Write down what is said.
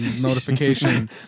notification